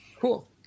cool